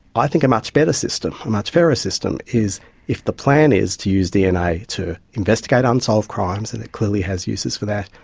i think a much better system, a much fairer system is if the plan is to use dna to investigate unsolved crimes, and it clearly has uses for that,